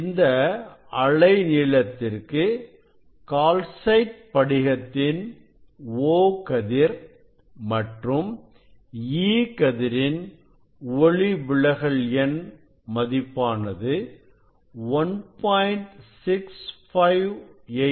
இந்த அலை நீளத்திற்கு கால்சைட் படிகத்தின் O கதிர் மற்றும் E கதிரின் ஒளிவிலகல் எண் மதிப்பானது 1